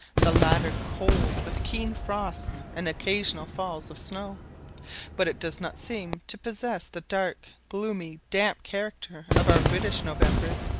the latter cold, with keen frosts and occasional falls of snow but it does not seem to possess the dark, gloomy, damp character of our british novembers.